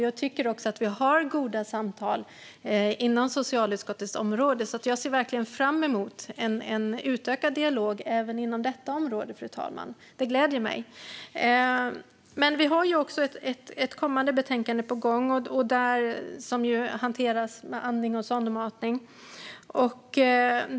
Jag tycker också att vi har goda samtal inom socialutskottets område, så jag ser verkligen fram emot en utökad dialog även inom detta område. Det gläder mig, fru talman. Vi har också ett betänkande på gång som hanterar andning och sondmatning.